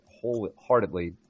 wholeheartedly